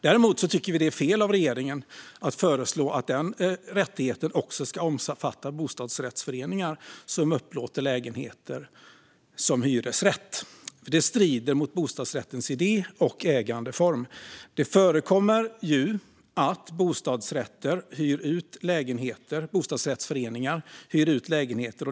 Däremot tycker vi att det är fel av regeringen att föreslå att den rättigheten också ska omfatta bostadsrättsföreningar som upplåter lägenheter som hyresrätt. Det strider nämligen mot bostadsrättens idé och ägandeform. Det förekommer ju att bostadsrättsföreningar hyr ut lägenheter.